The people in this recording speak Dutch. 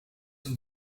een